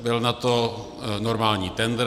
Byl na to normální tendr.